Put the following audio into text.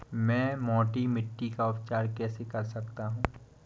मैं मोटी मिट्टी का उपचार कैसे कर सकता हूँ?